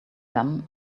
them